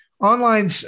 Online